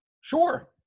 Sure